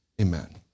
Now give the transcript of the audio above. amen